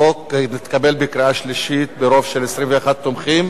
החוק התקבל בקריאה שלישית ברוב של 21 תומכים